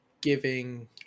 giving